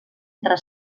entre